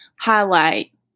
highlight